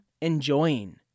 enjoying